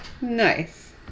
Nice